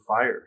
Fire